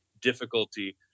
difficulty